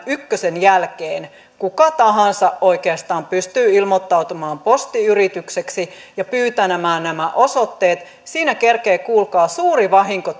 ykkösvaiheen jälkeen oikeastaan kuka tahansa pystyy ilmoittautumaan postiyritykseksi ja pyytämään nämä osoitteet siinä kerkeää kuulkaa suuri vahinko